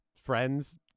friend's